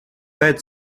fällt